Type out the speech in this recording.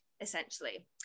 essentially